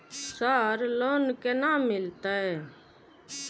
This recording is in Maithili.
सर लोन केना मिलते?